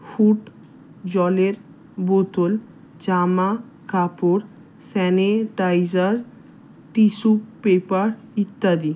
food জলের বোতল জামা কাপড় স্যানেটাইজার টিস্যু পেপার ইত্যাদি